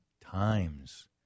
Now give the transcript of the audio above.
times